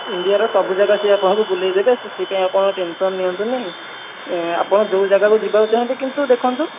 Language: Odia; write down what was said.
ଇଣ୍ଡିଆର ସବୁ ଯାଗା ସିଏ ଆପଣଙ୍କୁ ବୁଲାଇ ଦେବେ ସେଥିପାଇଁ ଆପଣ ଟେନ୍ସନ୍ ନିଅନ୍ତୁନି ଆପଣ ଯେଉଁ ଯାଗାକୁ ଯିବାକୁ ଚାହାଁନ୍ତି କିନ୍ତୁ ଦେଖନ୍ତୁ